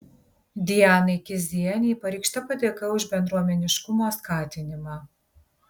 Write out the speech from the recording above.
dianai kizienei pareikšta padėka už bendruomeniškumo skatinimą